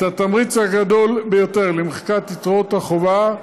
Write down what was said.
התמריץ הגדול ביותר למחיקת יתרות החובה,